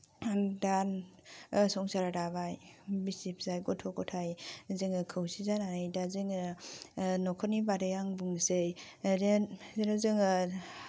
दा संसार दाबाय बिसि फिसाय गथ' गथाय जोङो खौसे जानानै दा जोङो न'खरनि बागै आङो बुंनोसै ओरै बिदिनो जोङो